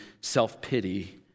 self-pity